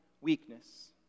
weakness